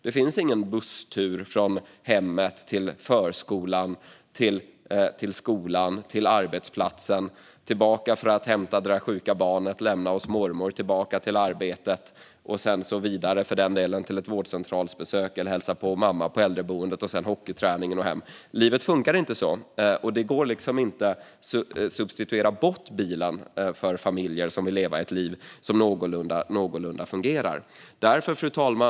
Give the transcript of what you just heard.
Det finns ingen busstur från hemmet till förskolan, till skolan och till arbetsplatsen, tillbaka för att hämta det sjuka barnet och lämna hos mormor och tillbaka till arbetet. Det gäller för den delen också vidare för ett vårdcentralsbesök, att hälsa på mamma på äldreboendet och för att åka till hockeyträningen och hem. Livet funkar inte så. Det går inte att substituera bort bilen för familjer som vill leva ett liv som någorlunda fungerar. Fru talman!